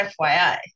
FYI